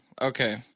Okay